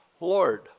Lord